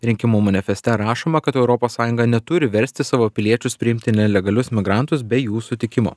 rinkimų manifeste rašoma kad europos sąjunga neturi versti savo piliečius priimti nelegalius migrantus be jų sutikimo